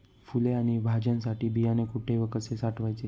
फुले आणि भाज्यांसाठी बियाणे कुठे व कसे साठवायचे?